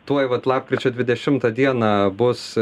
tuoj vat lapkričio dvidešimtą dieną bus